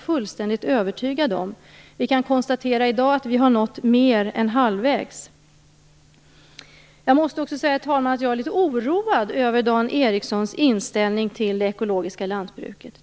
Vi kan i dag konstatera att vi har nått mer än halvvägs. Herr talman! Jag är litet oroad över Dan Ericssons inställning till det ekologiska lantbruket.